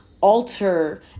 alter